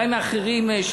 מאחרים: